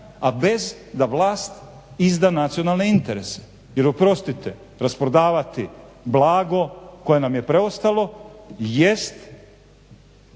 a bez da vlast izda nacionalne interese, jer oprostite rasprodavati blago koje nam je preostalo